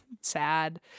sad